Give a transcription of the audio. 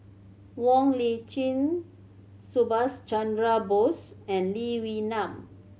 Wong Lip Chin Subhas Chandra Bose and Lee Wee Nam